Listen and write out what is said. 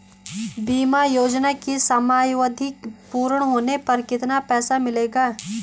बीमा योजना की समयावधि पूर्ण होने पर कितना पैसा मिलेगा?